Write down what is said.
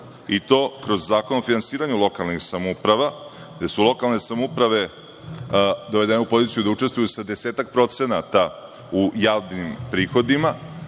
i to kroz Zakon o finansiranju lokalnih samouprava, gde su lokalne samouprave dovedene u poziciju da učestvuju sa desetak procenata u javnim prihodima